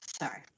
sorry